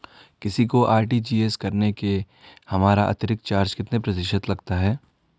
किसी को आर.टी.जी.एस करने से हमारा अतिरिक्त चार्ज कितने प्रतिशत लगता है?